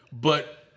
But-